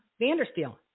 Vandersteel